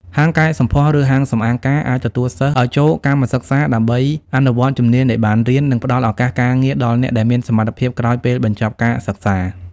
ហាងកែសម្ផស្ស ឬហាងសម្អាងការអាចទទួលសិស្សឱ្យចូលកម្មសិក្សាដើម្បីអនុវត្តជំនាញដែលបានរៀន និងផ្តល់ឱកាសការងារដល់អ្នកដែលមានសមត្ថភាពក្រោយពេលបញ្ចប់ការសិក្សា។